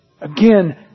again